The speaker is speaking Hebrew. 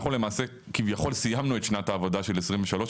אנחנו למעשה כביכול סיימנו את שנת העבודה של 2023,